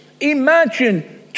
Imagine